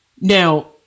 Now